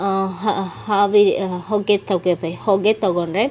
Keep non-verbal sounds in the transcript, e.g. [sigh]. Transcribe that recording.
ಹ ಹಬೆ ಹೊಗೆ [unintelligible] ಹೊಗೆ ತೊಗೊಂಡರೆ